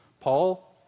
Paul